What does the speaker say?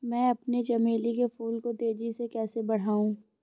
मैं अपने चमेली के फूल को तेजी से कैसे बढाऊं?